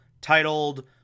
titled